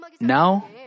Now